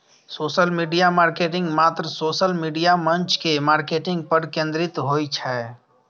social media marketing मात्र social media मंच के मार्केटिंग पर केंद्रित होइ छै